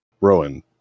Rowan